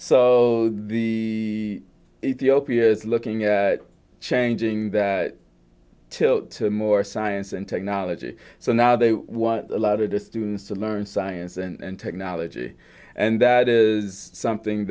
ethiopia's looking at changing that tilt to a more science and technology so now they want a lot of the students to learn science and technology and that is something